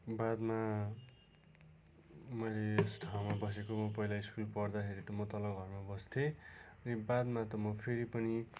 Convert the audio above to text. बादमा मैले यस ठाउँमा बसेको पहिला स्कुल पढ्दाखेरि त म तल घरमा बस्थेँ अनि बादमा त म फेरि पनि